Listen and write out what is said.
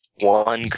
one